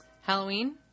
Halloween